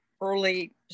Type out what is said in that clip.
early